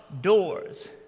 doors